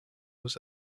was